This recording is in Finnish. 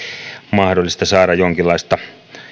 mahdollista saada jonkinlaista